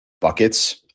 buckets